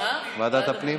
ועדת הפנים.